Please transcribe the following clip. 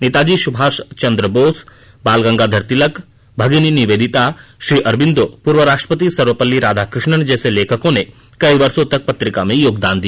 नेताजी सुभाष चंद्र बोस बाल गंगाधर तिलक भगिनी निवेदिता श्री अरबिंदो पूर्व राष्ट्रपति सर्वपल्ली राधाकृष्णन जैसे लेखकों ने कई वर्षों तक पत्रिका में योगदान किया